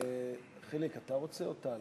אדוני היושב-ראש,